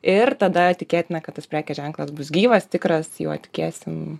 ir tada tikėtina kad tas prekės ženklas bus gyvas tikras juo tikėsim